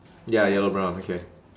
ya yellow brown okay